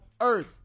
earth